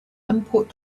import